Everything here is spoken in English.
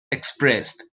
expressed